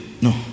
no